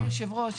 אדוני יושב הראש,